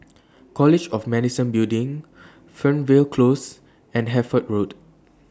College of Medicine Building Fernvale Close and Hertford Road